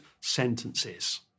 sentences